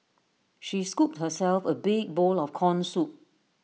she scooped herself A big bowl of Corn Soup